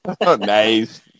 Nice